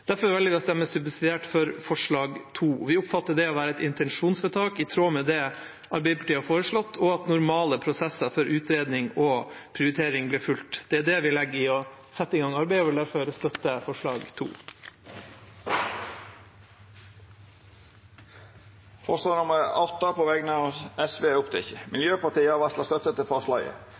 Derfor velger vi for å stemme subsidiært for forslag nr. 2. Vi oppfatter det å være et intensjonsforsalg i tråd med det Arbeiderpartiet har foreslått, og at normale prosesser for utredning og prioritering blir fulgt. Det er det vi legger i å sette i gang arbeidet, og vi vil derfor støtte